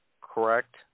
correct